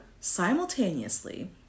simultaneously